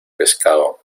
pescado